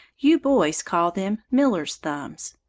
you boys call them miller's thumbs.